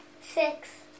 Six